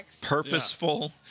purposeful